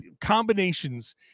combinations